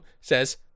says